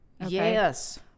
Yes